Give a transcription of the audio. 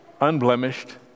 unblemished